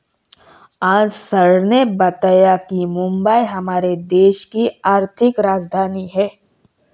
आज सर ने बताया कि मुंबई हमारे देश की आर्थिक राजधानी है